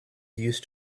used